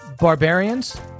barbarians